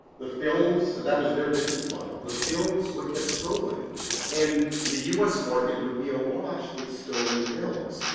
the films that was their business model. the films would get stolen and the u s. market would be awash with stolen films.